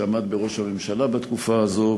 שעמד בראשות הממשלה בתקופה הזו,